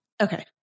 okay